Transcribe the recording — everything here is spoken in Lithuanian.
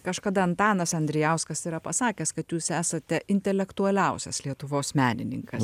kažkada antanas andrijauskas yra pasakęs kad jūs esate intelektualiausias lietuvos menininkas